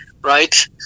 right